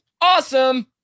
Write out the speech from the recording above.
awesome